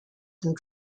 and